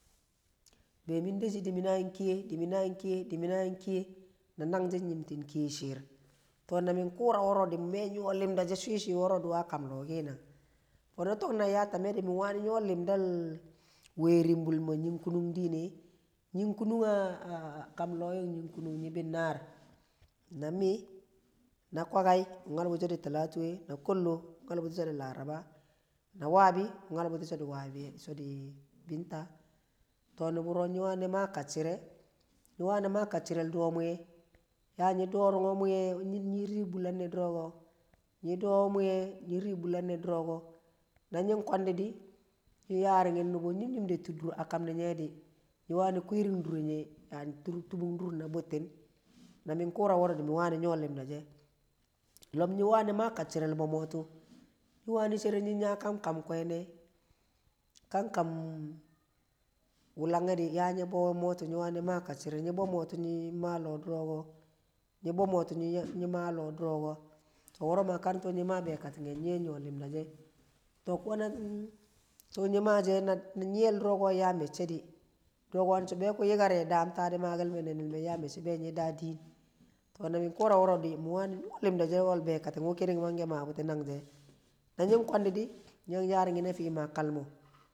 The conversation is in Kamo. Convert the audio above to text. Be̱ mi̱ deshi̱ di mi nag ki̱ye̱, di mi nag ki̱ye̱, di mi nag ki̱ye̱. Na nagshi̱ nyimtin ki̱ye̱ kal shi̱r to namin kura wo mi we nyo li̱mda she swi nswi wo̱ro̱ duwa kama lo fo̱no̱ to̱k na ya a tame̱ di mi wani nyo limdal werembul me̱ nung kunung dine nying kunnung a kam lo̱ nyo̱ng nying ku̱nu̱ng nyi binar na mi na kwagwai ta. Nyal bu̱ti̱ song Talatu e na ko̱llo̱ wu̱ nyal bu̱ti̱ so̱ Laraba na wabi nyal bu̱ti̱ so̱ di̱ Binta to nu̱bu̱ro̱ nyi̱ wani̱ ma ka̱cci̱re̱l do̱ mu̱ye̱ nyi̱ wani̱ do̱ ru̱ng mu̱ye̱ nyi riking buller ne duroko na nying kwang di nubu nyim nyimde tudu a kaminu nye di nyi̱ wani̱ kwi dure nye nyi̱ wani tubun dur na buting na min kura woro di mi wani nyo lima she. Lo̱b nyi̱ wani̱ ma kaccire̱l bo motu nyi̱ wani̱ yang a kam kwene̱ ka a kam wulangye di̱ nya nyi bo mo tu nyi̱ bo mo tu nyi̱ ma a loh duroko to wo̱ro̱ ma kar tu nyi ma a be katting nyi̱ we̱ nyo lima, tu nyi̱ mashe̱ na diyel duro ko di yad a me̱cce̱ di̱ so ku̱ be̱ ku yi̱kar ye̱ daam nenel me yaa a mecce be nyi daa din na min kura woro di mi wani nyo limda she nai be katting wu kiniyē mange ma butin nan shi e̱ na nyin kwandi nyi yan yarinkin a fi kalmo̱